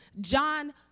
John